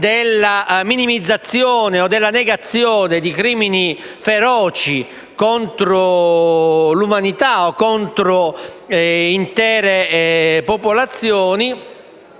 della minimizzazione o negazione di crimini feroci contro l'umanità o intere popolazioni,